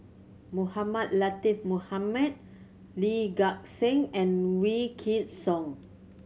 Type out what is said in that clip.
Mohamed Latiff Mohamed Lee Gek Seng and Wykidd Song